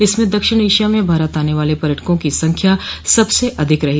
इसमें दक्षिण एशिया में भारत आने वाले पर्यटकों की संख्या सबसे अधिक रही